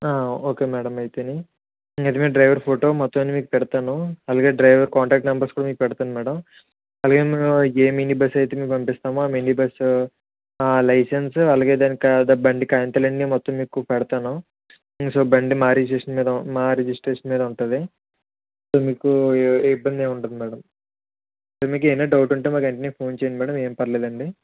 okay madam అయితేని నిజమే driver photo మొత్తమన్నీ మీకు పెడతాను అలాగే డ్రైవర్ కాంటాక్ట్ నెంబర్స్ కూడా మీకు పెడతాను మ్యాడమ్ అలాగే మ్యాడమ్ ఏ మినీ బస్ ఐతే మీకు పంపిస్తామో ఆ మినీ బస్సు లైసెన్సు అలాగే దాని కా బండి కాగితాలన్నీ మొత్తం అన్ని మీకు పెడతాను మీకు బండి మా రిజిస్టర్ మా రిజిస్ట్రేషన్ మీద ఉంటుంది మీకు ఇబ్బంది ఏమి ఉండదు మ్యాడమ్ మీకు ఏమైనా డౌట్ ఉంటె మాకెంటనే మాకు ఫోన్ చేయండి మ్యాడమ్ ఎం పర్వాలేదండి